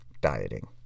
dieting